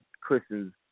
Christians